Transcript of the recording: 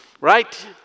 right